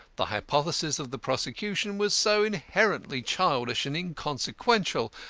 the hypothesis of the prosecution was so inherently childish and inconsequential,